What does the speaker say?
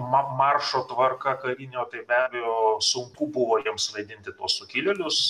ma maršo tvarka karinio tai be abejo sunku buvo jiems vadinti sukilėlius